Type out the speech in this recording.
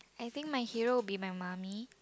I think my hero will be my mummy